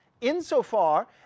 insofar